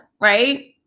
Right